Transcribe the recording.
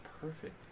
perfect